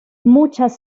muchas